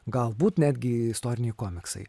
galbūt netgi istoriniai komiksai